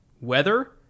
weather –